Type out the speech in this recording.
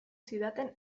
zidaten